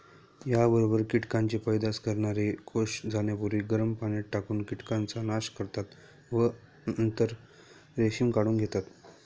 याबरोबर कीटकांचे पैदास करणारे कोष जाण्यापूर्वी गरम पाण्यात टाकून कीटकांचा नाश करतात व नंतर रेशीम काढून घेतात